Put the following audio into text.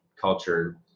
culture